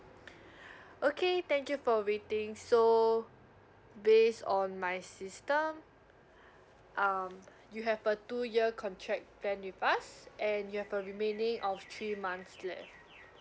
okay thank you for waiting so based on my system um you have a two year contract plan with us and you have a remaining of three months left